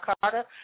Carter